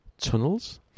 tunnels